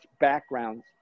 backgrounds